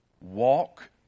walk